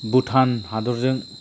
भुटान हादरजों